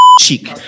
cheek